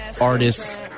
artists